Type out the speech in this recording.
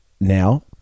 now